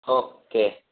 okay